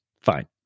fine